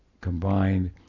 combined